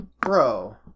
Bro